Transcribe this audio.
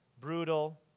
brutal